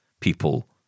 people